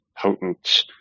potent